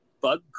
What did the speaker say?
bug